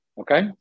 Okay